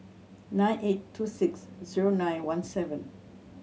nine eight two six zero nine one seven